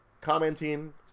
commenting